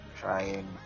trying